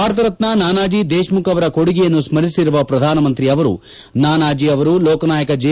ಭಾರತ ರತ್ನ ನಾನಾಜಿ ದೇಶ್ಮುಖ್ ಅವರ ಕೊಡುಗೆಯನ್ನು ಸ್ಪರಿಸಿರುವ ಪ್ರಧಾನಮಂತ್ರಿ ಅವರು ನಾನಾಜಿ ಅವರು ಲೋಕನಾಯಕ ಜೆ